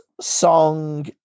song